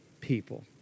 people